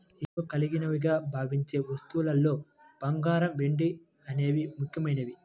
విలువ కలిగినవిగా భావించే వస్తువుల్లో బంగారం, వెండి అనేవి ముఖ్యమైనవి